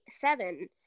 seven